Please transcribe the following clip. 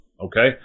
Okay